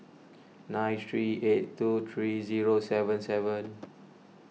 nine three eight two three zero seven seven